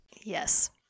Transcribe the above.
yes